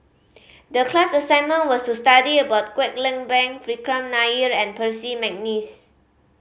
the class assignment was to study about Kwek Leng Beng Vikram Nair and Percy McNeice